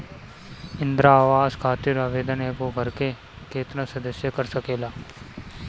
इंदिरा आवास खातिर आवेदन एगो घर के केतना सदस्य कर सकेला?